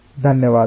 ధన్యవాదాలు